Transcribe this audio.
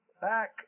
back